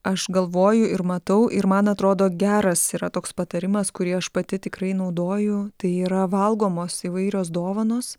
aš galvoju ir matau ir man atrodo geras yra toks patarimas kurį aš pati tikrai naudoju tai yra valgomos įvairios dovanos